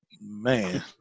Man